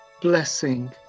blessing